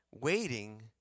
waiting